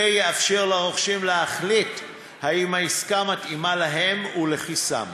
זה יאפשר לרוכשים להחליט אם העסקה מתאימה להם ולכיסם.